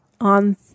on